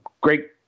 Great